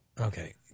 Okay